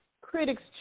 Critics